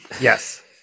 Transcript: Yes